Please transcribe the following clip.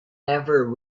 ever